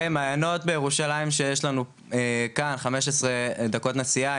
מעיינות בירושלים שיש לנו כאן 15 דקות נסיעה,